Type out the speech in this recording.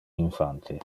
infante